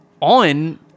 on